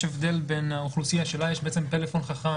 יש הבדל בין האוכלוסייה שלה יש טלפון חכם,